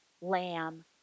lamb